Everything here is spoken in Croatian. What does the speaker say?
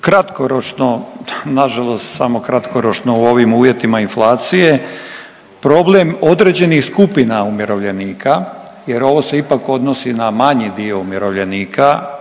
kratkoročno, nažalost samo kratkoročno u ovim uvjetima inflacije, problem određenih skupina umirovljenika jer ovo se ipak odnosi na manji dio umirovljenika,